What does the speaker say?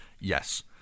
Yes